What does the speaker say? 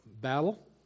battle